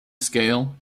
scale